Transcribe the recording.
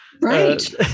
right